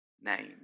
name